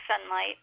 sunlight